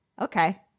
Okay